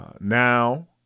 Now